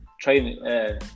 training